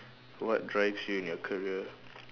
what drives you in your career